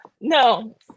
No